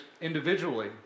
individually